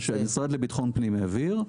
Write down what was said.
שהמשרד לביטחון פנים העביר,